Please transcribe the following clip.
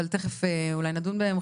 אבל תיכף אולי נדון בהן.